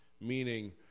meaning